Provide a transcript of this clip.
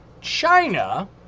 China